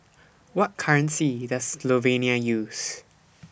What currency Does Slovenia use